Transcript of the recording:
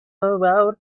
road